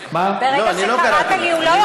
סליחה, ברגע שקראת לי, הוא לא יכול.